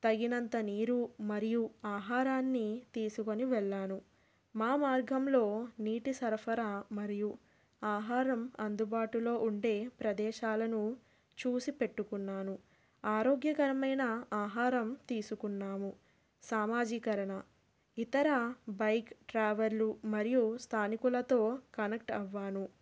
తగినంత నీరు మరియు ఆహారాన్ని తీసుకొని వెళ్ళాను మా మార్గంలో నీటి సరఫరా మరియు ఆహారం అందుబాటులో ఉండే ప్రదేశాలను చూసి పెట్టుకున్నాను ఆరోగ్యకరమైన ఆహారం తీసుకున్నాము సామాజికరణ ఇతర బైక్ ట్రావెల్లు మరియు స్థానికులతో కనెక్ట్ అయ్యాను